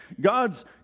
God's